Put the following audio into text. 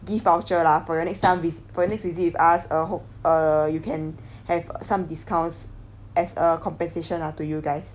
gift voucher lah for your next time vi~ for your next visit with us uh hope uh you can have some discounts as a compensation lah to you guys